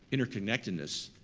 interconnectedness,